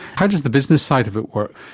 how does the business side of it work?